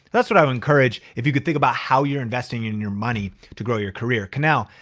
that's what i would encourage if you could think about how you're investing in your money to grow your career. canal,